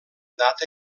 data